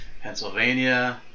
pennsylvania